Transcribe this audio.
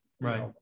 right